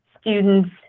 students